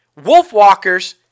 Wolfwalkers